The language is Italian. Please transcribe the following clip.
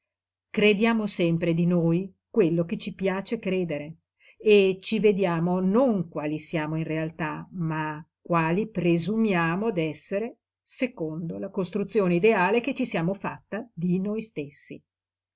crediamo sempre di noi quello che ci piace credere e ci vediamo non quali siamo in realtà ma quali presumiamo d'essere secondo la costruzione ideale che ci siamo fatta di noi stessi